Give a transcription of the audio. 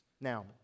Now